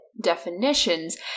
definitions